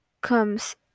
comes